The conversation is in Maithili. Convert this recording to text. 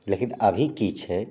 लेकिन अभी कि छै